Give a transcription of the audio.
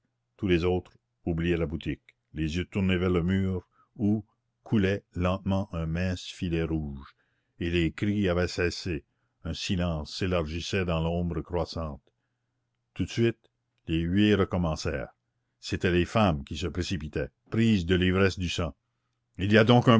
tous les autres oubliaient la boutique les yeux tournés vers le mur où coulait lentement un mince filet rouge et les cris avaient cessé un silence s'élargissait dans l'ombre croissante tout de suite les huées recommencèrent c'étaient les femmes qui se précipitaient prises de l'ivresse du sang il y a donc